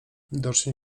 widocznie